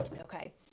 Okay